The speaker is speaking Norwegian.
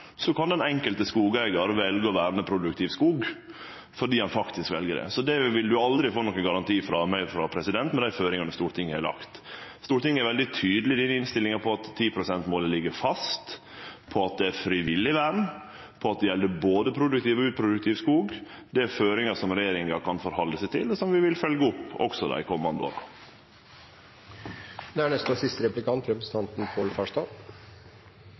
kan den enkelte skogeigar velje å verne produktiv skog fordi han faktisk vel det. Så det vil du aldri få nokon garanti frå meg på med dei føringane Stortinget har lagt. Stortinget er veldig tydeleg i denne innstillinga på at 10 pst.-målet ligg fast, på at det er frivillig vern, og på at det gjeld både produktiv og uproduktiv skog. Dette er føringar som regjeringa kan halde seg til, og som vi vil følgje opp også i dei